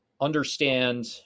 understand